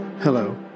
Hello